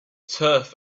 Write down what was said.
turf